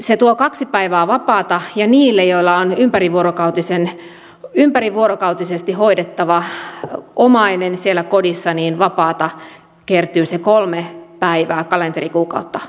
se tuo kaksi päivää vapaata ja niille joilla on ympärivuorokautisesti hoidettava omainen siellä kodissa vapaata kertyy se kolme päivää kalenterikuukautta kohden